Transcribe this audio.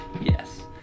Yes